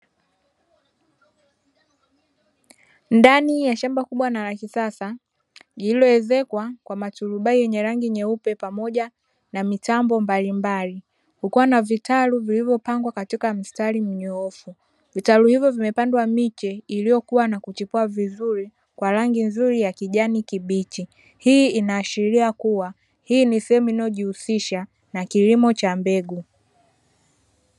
Ndani ya shamba kubwa na la kisasa, lililoezekwa kwa maturubai yenye rangi nyeupe pamoja na mitambo mbalimbali. Kukiwa na vitalu vilivyopangiliwa katika mstari mnyoofu. Vitaku hivyo vimepandwa miche iliyokua na kustawi vizuri kwa rangi nzuri ya kijani kibichi. Hii inaashiria kuwa hii ni sehemu inayojihusisha na kilimo cha mbegu.